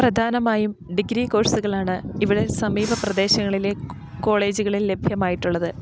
പ്രധാനമായും ഡിഗ്രി കോഴ്സുകളാണ് ഇവിടെ സമീപ പ്രദേശങ്ങളിലെ കോളേജുകളിൽ ലഭ്യമായിട്ടുള്ളത്